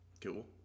Cool